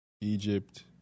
Egypt